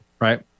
right